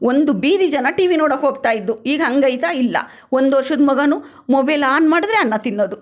ಒಂದು ಬೀದಿ ಜನ ಟಿವಿ ನೋಡೋಕ್ಕೋಗ್ತಾಯಿದ್ದು ಈಗ ಹಂಗಾಯ್ತಾ ಇಲ್ಲ ಒಂದು ವರ್ಷದ ಮಗನೂ ಮೊಬೆಲ್ ಆನ್ ಮಾಡಿದ್ರೆ ಅನ್ನ ತಿನ್ನೋದು